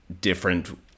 different